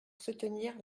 soutenir